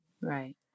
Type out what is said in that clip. Right